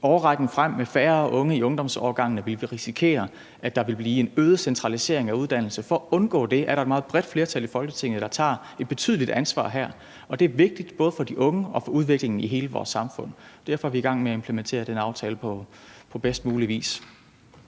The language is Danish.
I årrækken frem med færre unge i ungdomsårgangene vil vi risikere, at der vil blive en øget centralisering af uddannelser. For at undgå det er der et meget bredt flertal i Folketinget, der her tager et betydeligt ansvar, og det er vigtigt både for de unge og for udviklingen i hele vores samfund. Derfor er vi i gang med at implementere den aftale på bedst mulig vis.